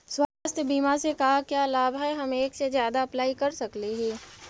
स्वास्थ्य बीमा से का क्या लाभ है हम एक से जादा अप्लाई कर सकली ही?